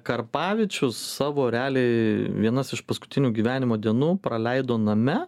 karpavičius savo realiai vienas iš paskutinių gyvenimo dienų praleido name